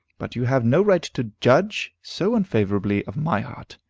but you have no right to judge so unfavorably of my heart.